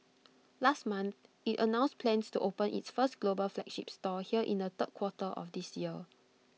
last month IT announced plans to open its first global flagship store here in the third quarter of this year